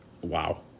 wow